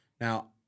Now